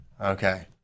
okay